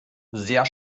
sehr